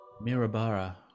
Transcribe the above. mirabara